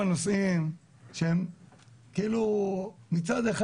יושב-הראש, שכאילו כל אחד